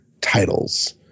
titles